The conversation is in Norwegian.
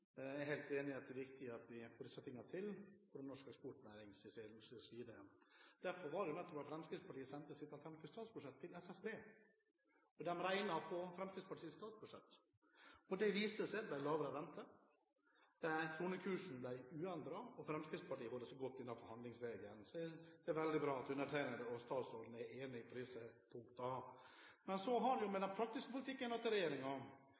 Jeg er helt enig i at det er viktig at vi får disse tingene til for norsk eksportnærings skyld. Nettopp derfor sendte Fremskrittspartiet sitt alternative statsbudsjett til SSB, som regnet på det. Det viste seg at det ble lavere rente, kronekursen ble uendret, og Fremskrittspartiet holder seg godt innenfor handlingsregelen. Det er veldig bra at undertegnede og statsråden er enige på disse punktene. Men så har en den praktiske politikken til